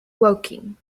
woking